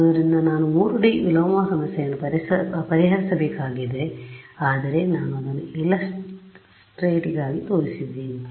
ಆದ್ದರಿಂದ ನಾನು 3D ವಿಲೋಮ ಸಮಸ್ಯೆಯನ್ನು ಪರಿಹರಿಸಬೇಕಾಗಿದೆ ಆದರೆ ನಾನು ಅದನ್ನು ಇಲ್ಲಸ್ಟ್ರೇಟಿಗಾಗಿ ತೋರಿಸಿದ ರೀತಿ